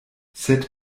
sed